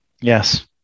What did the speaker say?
Yes